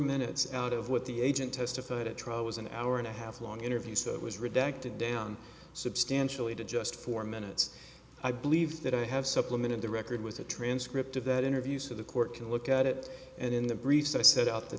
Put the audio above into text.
minutes out of what the agent testified at trial was an hour and a half long interview so it was redacted down substantially to just four minutes i believe that i have supplement in the record with a transcript of that interview so the court can look at it and in the briefs i set out the